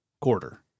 quarter